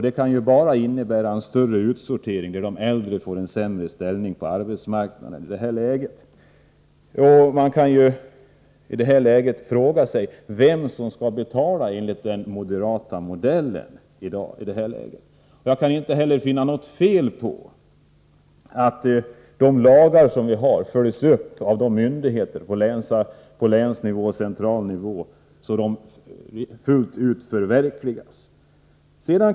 Det kan bara innebära en större utsortering, där de äldre får en sämre ställning på arbetsmarknaden. Man kan fråga sig vem som skall betala enligt den moderata modellen. Jag kan inte heller finna något fel i att de lagar som vi har följs upp av myndigheterna på länsnivå och på central nivå så att de förverkligas fullt ut.